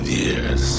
years